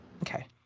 Okay